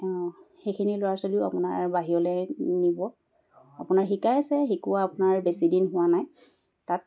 অ' সেইখিনি ল'ৰা ছোৱালীও আপোনাৰ বাহিৰলৈ নিব আপোনাৰ শিকাই আছে শিকোৱা আপোনাৰ বেছি দিন হোৱা নাই তাত